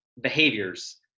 behaviors